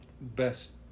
best